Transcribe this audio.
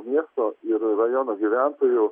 miesto ir rajono gyventojų